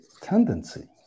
Tendency